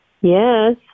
Yes